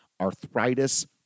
Arthritis